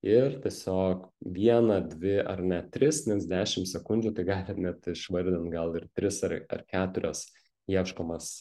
ir tiesiog vieną dvi ar net tris dešim sekundžių tai galit net išvardint gal ir tris ar ar keturios ieškomas